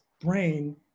brain